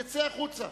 יצא החוצה.